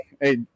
hey